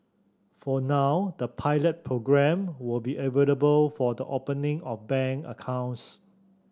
for now the pilot programme will be available for the opening of bank accounts